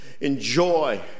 Enjoy